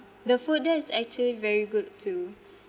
the food there is actually very good too